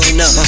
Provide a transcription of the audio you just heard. no